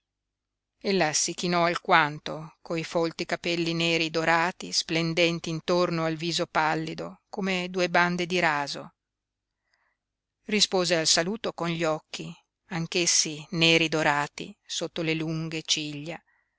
chinò alquanto coi folti capelli neri dorati splendenti intorno al viso pallido come due bande di raso rispose al saluto con gli occhi anch'essi neri dorati sotto le lunghe ciglia